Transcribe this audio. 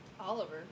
Oliver